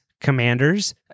commanders